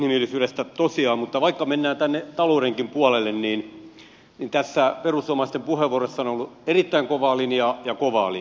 inhimillisyydestä tosiaan mutta vaikka mennään tänne taloudenkin puolelle niin tässä perussuomalaisten puheenvuorossa on ollut erittäin kovaa linjaa ja kovaa linjaa